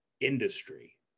industry